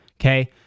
Okay